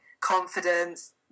confidence